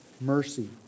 mercy